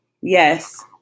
Yes